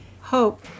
hope